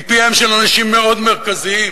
מפיהם של אנשים מאוד מרכזיים,